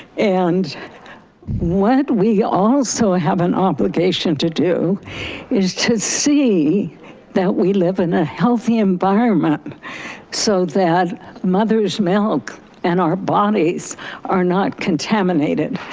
and what we also ah have an obligation to do is to see that we live in a healthy environment so that mothers' milk and our bodies are not contaminated.